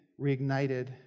reignited